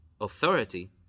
authority